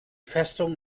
festung